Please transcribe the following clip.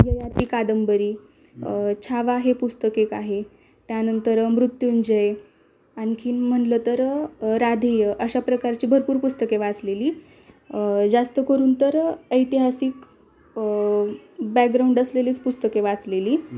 ययाति कादंबरी छावा हे पुस्तक एक आहे त्यानंतर मृत्युंजय आणखी म्हणलं तर राधेय अशा प्रकारची भरपूर पुस्तके वाचलेली जास्त करून तर ऐतिहासिक बॅकग्राउंड असलेलेच पुस्तके वाचलेली